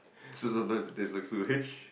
so sometimes it taste like sewage